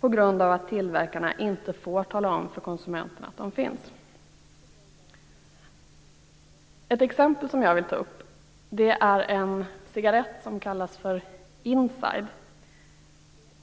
på grund av att tillverkarna inte får tala om för konsumenterna att de finns. Ett exempel som jag vill nämna är en cigarett som kallas Inside.